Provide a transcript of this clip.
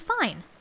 fine